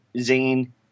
Zane